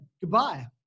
Goodbye